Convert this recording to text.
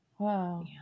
Wow